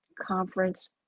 conference